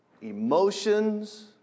emotions